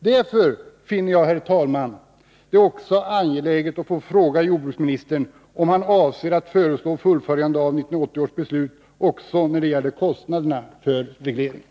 Därför finner jag, herr talman, det angeläget att också få fråga jordbruksministern om han avser att föreslå fullföljande av 1980 års beslut även när det gäller kostnaderna för regleringen.